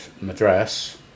Madras